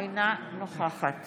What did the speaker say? אינה נוכחת